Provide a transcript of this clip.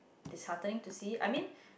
disheartening to see it I mean